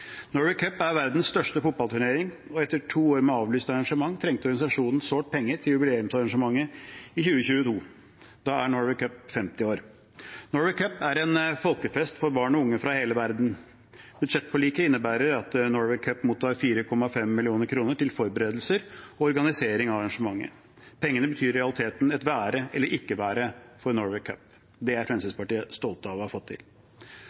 er verdens største fotballturnering, og etter to år med avlyste arrangementer trengte organisasjonen sårt penger til jubileumsarrangementet i 2022. Da er Norway Cup 50 år. Norway Cup er en folkefest for barn og unge fra hele verden. Budsjettforliket innebærer at Norway Cup mottar 4,5 mill. kr til forberedelser og organisering av arrangementet. Pengene betyr i realiteten et være eller ikke være for Norway Cup. Det er Fremskrittspartiet stolt over å ha fått til.